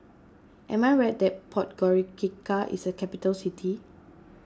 am I right that Podgorica is a capital city